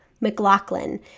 McLaughlin